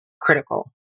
critical